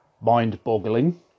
mind-boggling